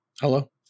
Hello